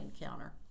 encounter